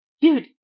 Dude